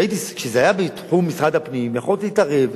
כשזה היה בתחום משרד הפנים יכולתי להתערב,